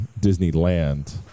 Disneyland